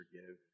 forgive